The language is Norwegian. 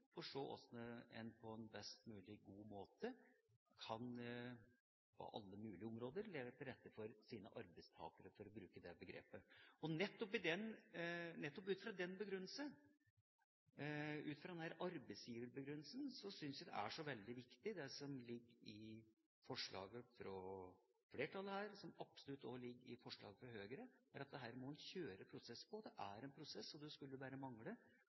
en på en best mulig måte på alle mulige områder kan legge til rette for sine «arbeidstakere», for å bruke det begrepet. Nettopp ut fra den begrunnelsen, ut fra denne arbeidsgiverbegrunnelsen, syns jeg det er så veldig viktig det som ligger i forslaget fra flertallet her, og som absolutt også ligger i forslaget fra Høyre: Dette må en kjøre en prosess på, det er en prosess, og det skulle bare mangle